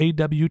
awt